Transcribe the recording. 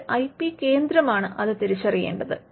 ഒരു I P കേന്ദ്രമാണ് അത് തിരിച്ചറിയേണ്ടത്